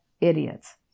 idiots